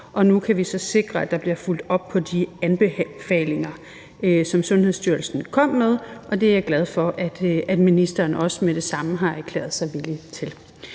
Nu kan vi så sikre, at der bliver fulgt op på de anbefalinger, som Sundhedsstyrelsen kom med, og det er jeg glad for ministeren også med det samme har erklæret sig villig til.